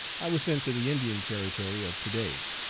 i was sent to the indian territory of to-day.